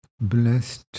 blessed